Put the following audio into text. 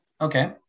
Okay